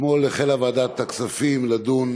אתמול החלה ועדת הכספים לדון